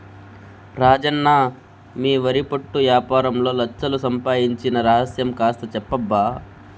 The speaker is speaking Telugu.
రాజన్న మీ వరి పొట్టు యాపారంలో లచ్ఛలు సంపాయించిన రహస్యం కాస్త చెప్పబ్బా